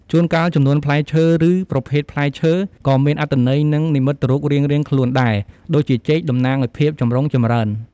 ជួនកាលចំនួនផ្លែឈើ ឬប្រភេទផ្លែឈើក៏មានអត្ថន័យនិងនិមិត្តរូបរៀងៗខ្លួនដែរ ដូចជាចេកតំណាងឱ្យភាពចម្រុងចម្រើន។